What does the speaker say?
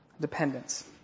dependence